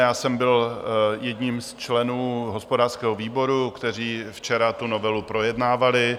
Já jsem byl jedním z členů hospodářského výboru, kteří včera tu novelu projednávali.